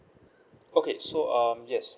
okay so um yes